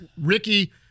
ricky